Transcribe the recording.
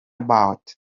about